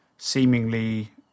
seemingly